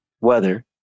weather